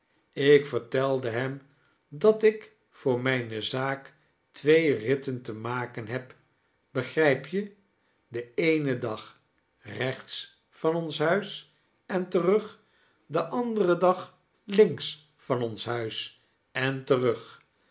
ik vertelde hem dat ik voor mijne zaak twee ritten te maken heb begrijp je den eenen dag rechts van ons huis en terug den anderen dag links van ons huis en terug